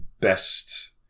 best